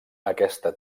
aquesta